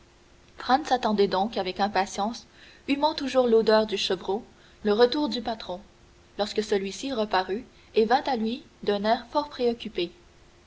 attendait donc avec impatience humant toujours l'odeur du chevreau le retour du patron lorsque celui-ci reparut et vint à lui d'un air fort préoccupé